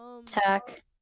attack